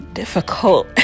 difficult